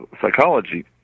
psychology